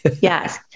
Yes